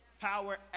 Power